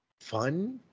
Fun